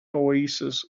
oasis